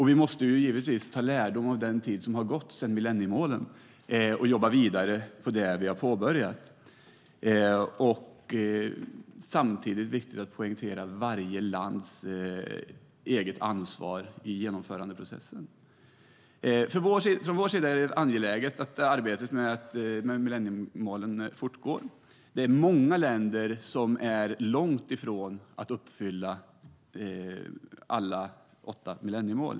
Vi måste givetvis ta lärdom av den tid som gått sedan millenniemålen fastställdes och jobba vidare med det vi har påbörjat. Det är samtidigt viktigt att poängtera varje lands eget ansvar i genomförandeprocessen. Från vår sida är det angeläget att arbetet med millenniemålen fortgår. Många länder är långt ifrån att uppfylla alla åtta millenniemål.